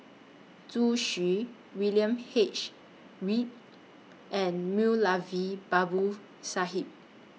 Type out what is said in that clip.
Zhu Xu William H Read and Moulavi Babu Sahib